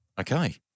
Okay